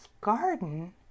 garden